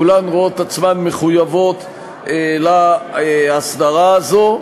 כולן רואות עצמן מחויבות להסדרה הזאת,